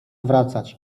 wracać